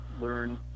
learn